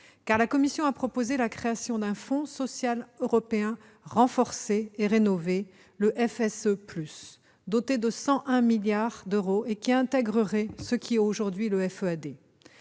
car la Commission a proposé la création d'un fonds social européen renforcé et rénové, le FSE+, qui serait doté de 101 milliards d'euros et qui intégrerait ce qui est aujourd'hui le FEAD.